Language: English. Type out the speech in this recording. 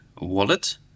wallet